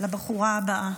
לבחורה הבאה,